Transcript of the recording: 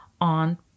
on